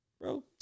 bro